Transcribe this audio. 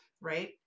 right